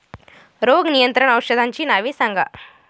रोग नियंत्रण औषधांची नावे सांगा?